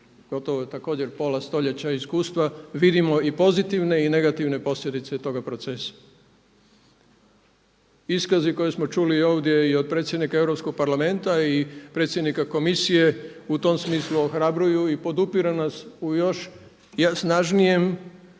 gotovo također pola stoljeća iskustva vidimo i pozitivne i negativne posljedice toga procesa. Iskazi koje smo čuli ovdje i od predsjednika Europskog parlamenta i predsjednika komisije u tom smislu ohrabruju i podupiru nas u još snažnijem